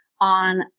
on